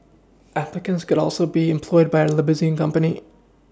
applicants could also be employed by a limousine company